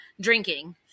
drinking